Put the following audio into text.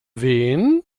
wen